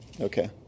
Okay